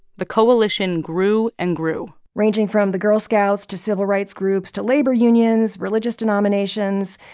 the coalition grew and grew ranging from the girl scouts to civil rights groups to labor unions, religious denominations,